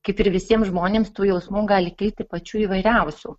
kaip ir visiem žmonėms tų jausmų gali kilti pačių įvairiausių